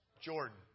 Jordan